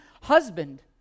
husband